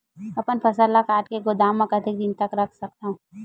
अपन फसल ल काट के गोदाम म कतेक दिन तक रख सकथव?